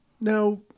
now